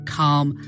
calm